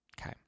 okay